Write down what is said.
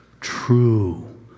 true